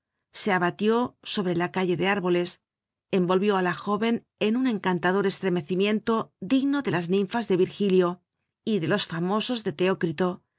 se abatió sobre la calle de árboles envolvió á la joven en un encantador estremecimiento digno de las ninfas de virgilio y de los famosos de